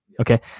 Okay